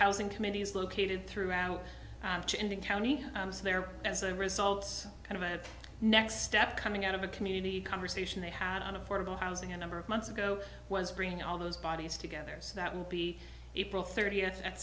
housing committees located throughout the county there as a result kind of a next step coming out of a community conversation they had on affordable housing a number of months ago was bringing all those bodies together so that will be a pro thirtieth's at